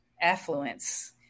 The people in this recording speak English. affluence